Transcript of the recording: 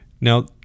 Now